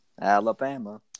Alabama